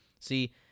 See